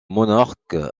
monarque